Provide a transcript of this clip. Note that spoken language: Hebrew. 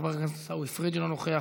חבר הכנסת עיסאווי פריג' אינו נוכח,